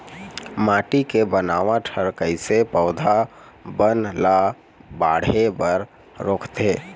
माटी के बनावट हर कइसे पौधा बन ला बाढ़े बर रोकथे?